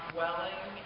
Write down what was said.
Dwelling